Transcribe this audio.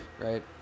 right